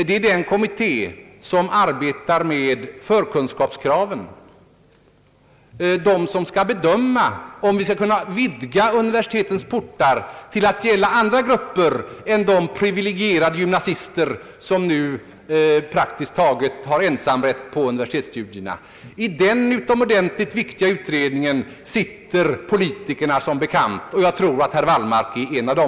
Det är den kommitté som arbetar med förkunskapskraven och som skall bedöma om vi skall kunna vidga universitetens portar till att gälla andra grupper än de privilegierade gymnasister som nu praktiskt taget har ensamrätt på universitetsstudierna. I den sitter som bekant politikerna. Jag tror att herr Wallmark är en av dem.